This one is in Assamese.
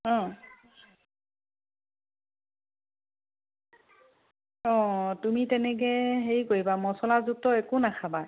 অঁ অঁ তুমি তেনেকৈ হেৰি কৰিবা মচলাযুক্ত একো নাখাবা